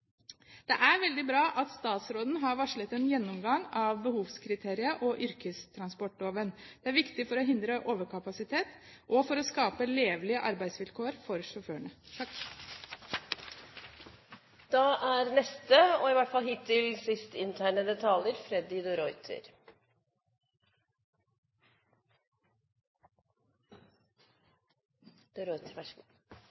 Det er veldig bra at statsråden har varslet en gjennomgang av behovskriteriet og yrkestransportloven. Det er viktig for å hindre overkapasitet og for å skape levelige arbeidsvilkår for sjåførene. Jeg er klar over at det ikke er